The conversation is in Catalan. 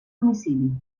domicili